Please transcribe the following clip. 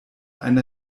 eine